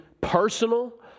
personal